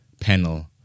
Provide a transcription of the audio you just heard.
panel